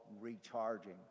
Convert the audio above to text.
recharging